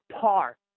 par